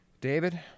David